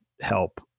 help